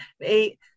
eight